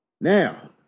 Now